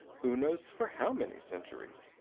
who knows for how many centuries?